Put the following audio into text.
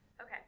Okay